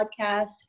podcast